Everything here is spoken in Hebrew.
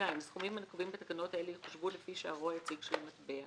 הסכומים הנקובים בתקנות אלה יחושבו לפי שערו היציג של המטבע.